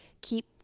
keep